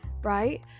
right